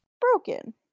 broken